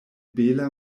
bela